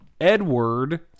Edward